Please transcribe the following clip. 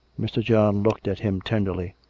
mr. john looked at him tenderly.